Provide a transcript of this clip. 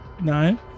Nine